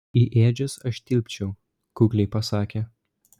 į ėdžias aš tilpčiau kukliai pasakė